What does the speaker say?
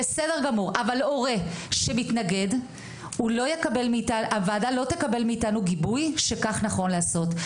הורה שמתנגד הוועדה לא תקבל מאיתנו גיבוי שכך נכון לעשות.